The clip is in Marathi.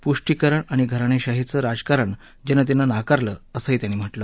पुष्टीकरण आणि घराणेशाहीचं राजकारण जनतेनं नाकारलं असं त्यांनी सांगितलं